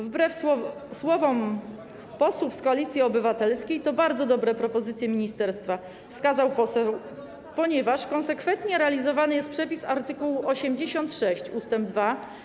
Wbrew słowom posłów z Koalicji Obywatelskiej to bardzo dobre propozycje ministerstwa, jak wskazał poseł, ponieważ konsekwentnie realizowany jest przepis art. 86 ust. 2